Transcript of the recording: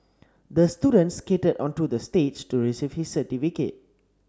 the student skated onto the stage to receive his certificate